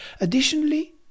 Additionally